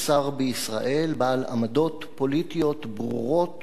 בעל עמדות פוליטיות ברורות ומוצקות.